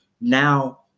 now